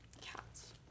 Cats